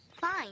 Fine